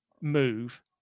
move